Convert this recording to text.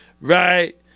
right